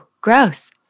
gross